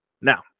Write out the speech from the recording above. Now